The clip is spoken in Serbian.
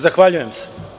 Zahvaljujem se.